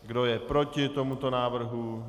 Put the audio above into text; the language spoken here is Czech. Kdo je proti tomuto návrhu?